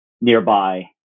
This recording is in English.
nearby